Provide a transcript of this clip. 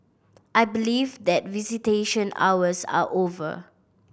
I believe that visitation hours are over